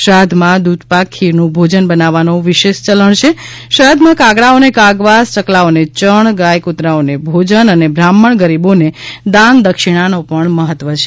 શ્રાદ્ધમાં દૂધપાક ખીરનું ભોજન બનાવવાનો વિશેષ યલણ છે શ્રાદ્વમાં કાગડાઓને કાગવાસ ચકલાઓને ચણ ગાય ક્રદરાને ભોજન અને બ્રાહ્મણ ગરીબોને દાન દક્ષિણાનો પણ મહત્વ છે